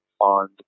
on